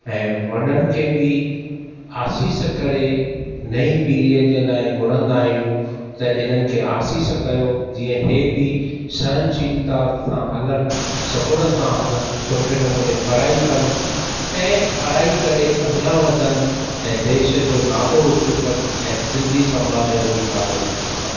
ऐं वॾनि खे बि आसीस करे नई पीढ़ीअ जे लाइ घुरंदा आहियूं त इन्हनि खे आसीस कयो जीअं हे बि सहनशीलता सां हलनि सबुर सां हलनि सुठे नमूने पढ़ाई कनि ऐं पढ़ाई करे अॻियां वधनि ऐं देश जो नालो ऊचो कनि ऐं सिन्धी समाज जो बि नालो ऊचो कनि